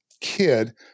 kid